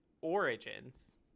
Origins